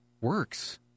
works